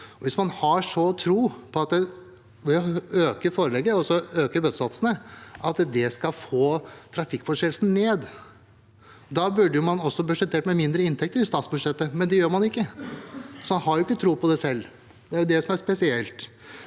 Hvis man har så stor tro på at en ved å øke foreleggene – øke bøtesatsene – får trafikkforseelsene ned, burde man også budsjettert med mindre inntekter i statsbudsjettet, men det gjør man ikke. En har ikke tro på det selv. Det er det som er spesielt.